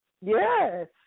Yes